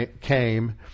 came